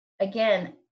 Again